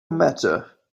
matter